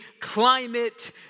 climate